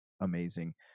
amazing